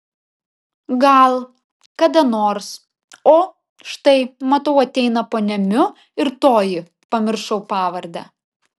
gal kada nors o štai matau ateina ponia miu ir toji pamiršau pavardę